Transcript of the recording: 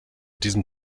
dem